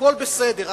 הכול בסדר,